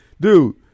dude